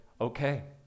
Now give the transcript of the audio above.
okay